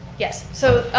yes, so,